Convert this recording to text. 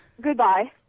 Goodbye